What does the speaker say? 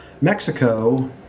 Mexico